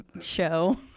show